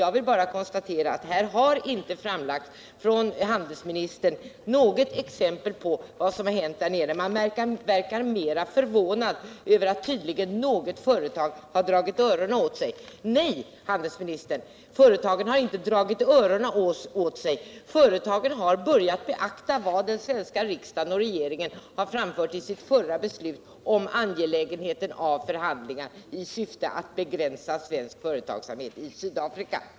Jag vill bara konstatera att handelsministern inte framlagt något exempel på vad som hänt där nere. Han verkar vara mera förvånad över att något företag har ”dragit öronen åt sig”. Nej, handelsministern, företagen har inte dragit öronen åt sig, utan företagen har börjat beakta det av den svenska regeringen och den svenska riksdagen beslutade uttalandet om angelägenheten av förhandlingar i syfte att begränsa svensk företagsamhet i Sydafrika.